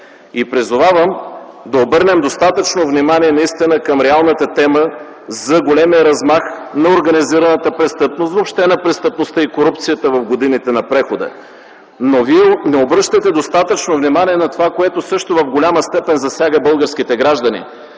Призовавам да обърнем достатъчно внимание наистина към реалната тема за големия размах на организираната престъпност, въобще на престъпността и корупцията в годините на прехода. Вие не обръщате достатъчно внимание на това, което също в голяма степен засяга българските граждани,